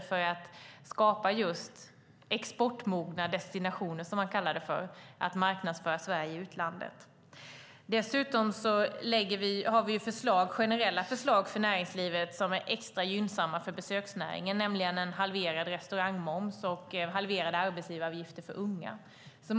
Det handlar om att skapa exportmogna destinationer, som man kallar det för, för att marknadsföra Sverige i utlandet. Dessutom har vi generella förslag för näringslivet som är extra gynnsamma för besöksnäringen, nämligen en halverad restaurangmoms och halverade arbetsgivaravgifter för unga.